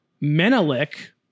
Menelik